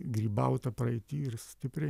grybauta praeity ir stipriai